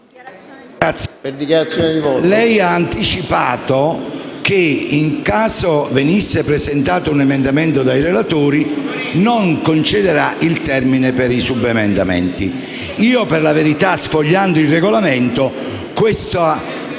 lei ha anticipato che, nel caso venisse presentato un emendamento dai relatori, non avrebbe concesso il termine per i subemendamenti. Io, per la verità, sfogliando il Regolamento, questa